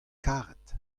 karet